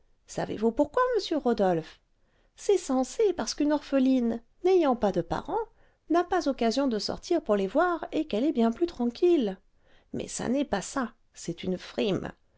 savez-vous pourquoi monsieur rodolphe c'est censé parce qu'une orpheline n'ayant pas de parents n'a pas occasion de sortir pour les voir et qu'elle est bien plus tranquille mais ça n'est pas ça c'est une frime